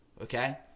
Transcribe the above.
Okay